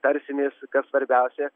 tarsimės kas svarbiausia